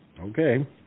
okay